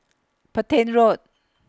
Petain Road